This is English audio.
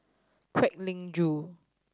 Kwek Leng Joo